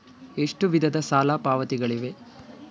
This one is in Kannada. ಎಷ್ಟು ವಿಧದ ಸಾಲ ಪಾವತಿಗಳಿವೆ?